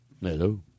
Hello